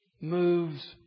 moves